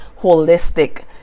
holistic